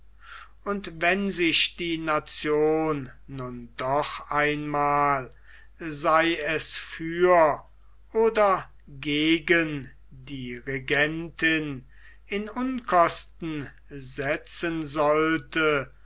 und wenn sich die nation nun doch einmal sei es für oder gegen die regentin in unkosten setzen sollte